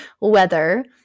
weather